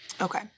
Okay